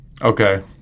Okay